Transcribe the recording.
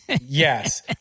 Yes